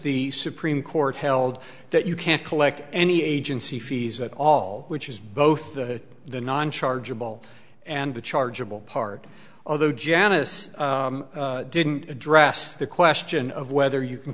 the supreme court held that you can't collect any agency fees at all which is both the the non chargeable and the chargeable part although janice didn't address the question of whether you can